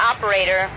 Operator